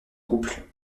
couple